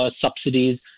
subsidies